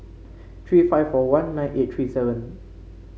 three five four one nine eight three seven